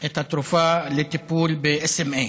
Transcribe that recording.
את התרופה לטיפול ב-SMA,